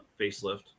facelift